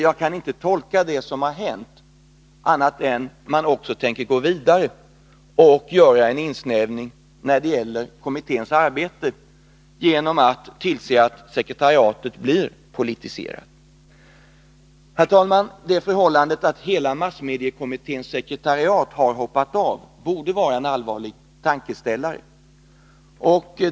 Jag kan inte tolka det som har hänt på annat sätt än att man också tänker gå vidare och göra en insnävning när det gäller kommitténs arbete genom att tillse att sekretariatet blir politiserat. Herr talman! Det förhållandet att hela massmediekommitténs sekretariat har hoppat av borde vara en allvarlig tankeställare.